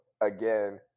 again